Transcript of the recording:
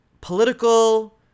political